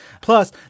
Plus